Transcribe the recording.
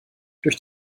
durch